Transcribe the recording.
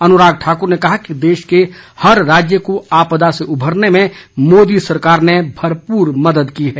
अनुराग ठाकुर ने कहा कि देश के हर राज्य को आपदा से उभरने में मोदी सरकार ने भरपूर मदद की है